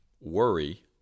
worry